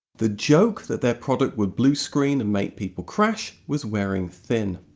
the joke that that product would blue screen and make people crash was wearing thin.